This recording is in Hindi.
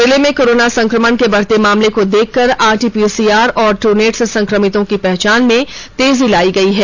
जिले में कोरोना संक्रमण के बढ़ते मामले को देखकर आरटी पीसीआर और ट्रूनेट से संक्रमितों की पहचान में तेजी लाई गई है